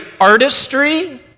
artistry